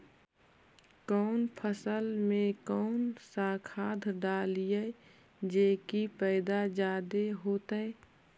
कौन फसल मे कौन सा खाध डलियय जे की पैदा जादे होतय?